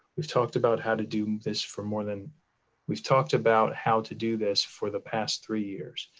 we've talked about how to do this for more than we've talked about how to do this for the past three years.